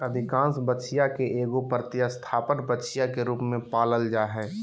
अधिकांश बछिया के एगो प्रतिस्थापन बछिया के रूप में पालल जा हइ